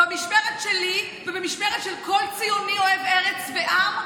במשמרת שלי ובמשמרת של כל ציוני אוהב ארץ ועם,